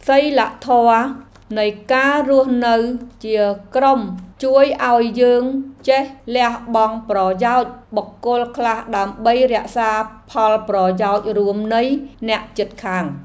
សីលធម៌នៃការរស់នៅជាក្រុមជួយឱ្យយើងចេះលះបង់ប្រយោជន៍បុគ្គលខ្លះដើម្បីរក្សាផលប្រយោជន៍រួមនៃអ្នកជិតខាង។